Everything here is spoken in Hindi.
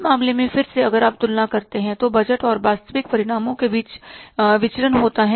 उस मामले में फिर से अगर आप तुलना करते हैं तो बजट और वास्तविक परिणामों के बीच विचरण होता है